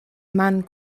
man